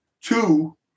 two